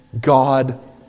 God